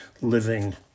living